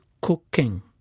cooking